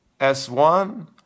S1